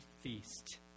feast